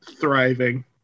thriving